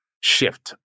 shift